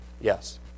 Yes